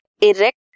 erect